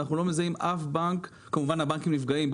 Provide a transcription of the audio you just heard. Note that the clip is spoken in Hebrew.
ואנחנו לא מזהים אף בנק --- כמובן שהבנקים נפגעים,